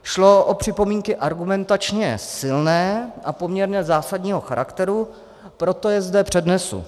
Šlo o připomínky argumentačně silné a poměrně zásadního charakteru, proto je zde přednesu.